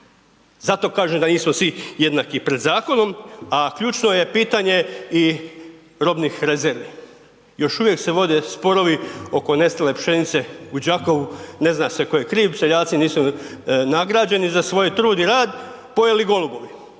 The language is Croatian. Zato kažem da nismo svi jednaki pred zakonom. A ključno je pitanje i robnih rezervi, još uvijek se vode sporovi oko nestale pšenice u Đakovu, ne zna se tko je kriv, seljaci nisu nagrađeni za svoj trud, pojeli golubovi.